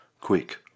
Quick